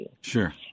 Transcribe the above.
Sure